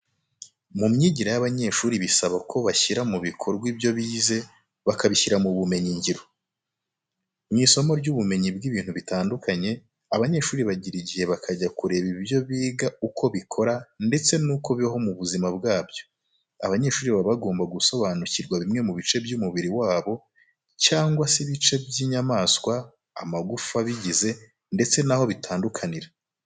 Mu myigire y'abanyeshuri bisaba ko banashyira mu bikorwa ibyo bize bakabishyira mu bumenyingiro. Mu isomo ry'ubumenyi bw'ibintu bitandukanye, abanyeshuri bagira igihe bakajya kureba ibyo biga uko bikora ndetse n'uko bibaho mu buzima bwabyo. Abanyeshuri baba bagomba gusonanukirwa bimwe mu bice by'umubiri wabo cyangwa se ibice by'inyamaswa amagufa abigize ndetse naho bitandukanira.